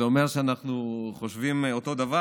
זה אומר שאנחנו חושבים אותו דבר.